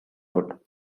hood